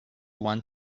want